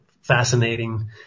fascinating